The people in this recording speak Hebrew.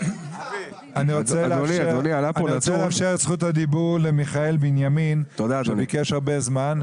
אני רוצה לאפשר את זכות הדיבור למיכאל בנימין שביקש הרבה זמן.